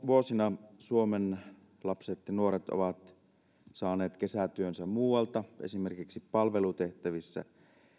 vuosina suomen lapset ja nuoret ovat saaneet kesätyönsä muualta esimerkiksi palvelutehtävistä